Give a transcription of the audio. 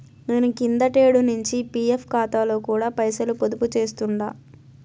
నేను కిందటేడు నించి పీఎఫ్ కాతాలో కూడా పైసలు పొదుపు చేస్తుండా